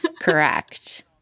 Correct